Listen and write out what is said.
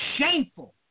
shameful